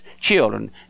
children